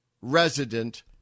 resident